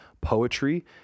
Poetry